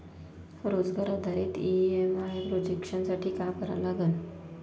रोजगार आधारित EMI projection साठी का करा लागन?